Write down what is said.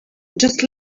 just